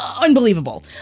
unbelievable